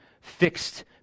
fixed